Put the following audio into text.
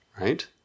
right